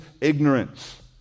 ignorance